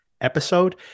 episode